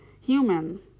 human